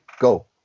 Go